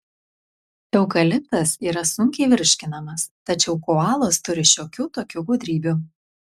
eukaliptas yra sunkiai virškinamas tačiau koalos turi šiokių tokių gudrybių